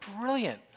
brilliant